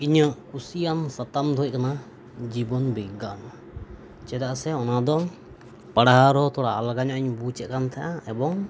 ᱤᱧᱟᱹᱜ ᱠᱩᱥᱤᱭᱟᱱ ᱥᱟᱛᱟᱢ ᱫᱚ ᱦᱩᱭᱩᱜ ᱠᱟᱱᱟ ᱡᱤᱵᱚᱱ ᱵᱤᱜᱽᱜᱟᱱ ᱪᱮᱫᱟᱜ ᱥᱮ ᱚᱱᱟ ᱫᱚ ᱯᱟᱲᱦᱟᱣ ᱨᱮᱦᱚ ᱛᱷᱚᱲᱟ ᱟᱞᱜᱟ ᱧᱚᱜ ᱤᱧ ᱵᱩᱡᱮᱫ ᱠᱟᱱ ᱛᱟᱦᱮᱸᱱᱟ ᱮᱵᱚᱝ